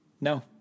No